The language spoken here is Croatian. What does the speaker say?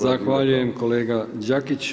Zahvaljujem kolega Đakić.